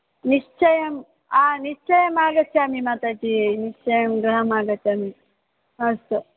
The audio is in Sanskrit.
निश्चयम् आ निश्चयम् आगच्छामि माताजि हा निश्चयं गृहम् आगच्छामि अस्तु